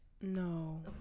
No